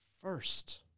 first